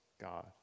God